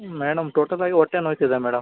madam total ಆಗಿ ಹೊಟ್ಟೆ ನೋಯ್ತಿದೆ ಮೇಡಮ್